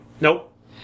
Nope